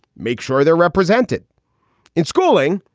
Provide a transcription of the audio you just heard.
make sure they're represented in schooling.